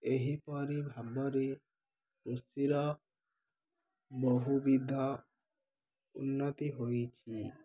ଏହିପରି ଭାବରେ କୃଷିର ବହୁବିଧ ଉନ୍ନତି ହୋଇଛି